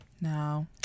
No